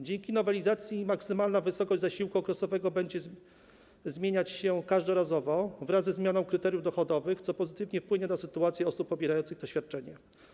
Dzięki nowelizacji maksymalna wysokość zasiłku okresowego będzie zmieniać się każdorazowo wraz ze zmianą kryteriów dochodowych, co pozytywnie wpłynie na sytuację osób pobierających to świadczenie.